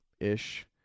ish